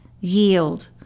yield